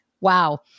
wow